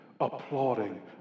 applauding